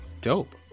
Dope